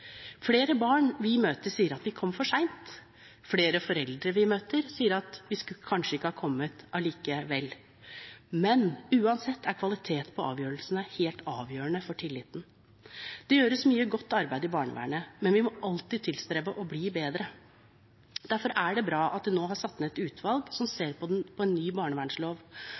Flere barn vi møter, sier at vi kom for sent. Flere foreldre vi møter, sier at vi skulle kanskje ikke ha kommet allikevel. Men uansett er kvalitet på avgjørelsene helt avgjørende for tillit. Det gjøres mye godt arbeid i barnevernet, men vi må alltid tilstrebe å bli bedre. Derfor er det bra at det nå er satt ned et utvalg som